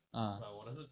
ah